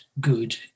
good